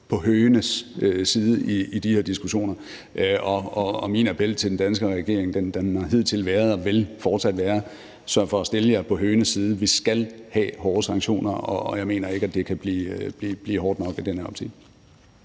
på høgenes side i de her diskussioner. Og min appel til den danske regering har hidtil været og vil fortsat være: Sørg for at stille jer på høgenes side. Vi skal have hårde sanktioner, og jeg mener i den optik ikke, at de kan blive hårde nok. Kl.